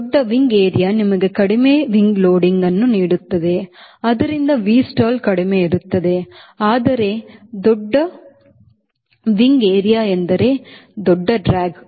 ದೊಡ್ಡ ರೆಕ್ಕೆ ಪ್ರದೇಶವು ನಿಮಗೆ ಕಡಿಮೆ ರೆಕ್ಕೆ ಲೋಡಿಂಗ್ ಅನ್ನು ನೀಡುತ್ತದೆ ಆದ್ದರಿಂದ Vstall ಕಡಿಮೆ ಇರುತ್ತದೆ ಆದರೆ ದೊಡ್ಡ ರೆಕ್ಕೆ ಪ್ರದೇಶ ಎಂದರೆ ದೊಡ್ಡ ಡ್ರ್ಯಾಗ್